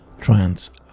TRANS